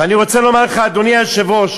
ואני רוצה לומר לך, אדוני היושב-ראש,